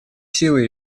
силой